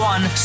One